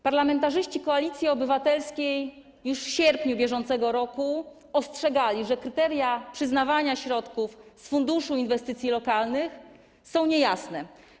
Parlamentarzyści Koalicji Obywatelskiej już w sierpniu br. ostrzegali, że kryteria przyznawania środków z funduszu inwestycji lokalnych są niejasne.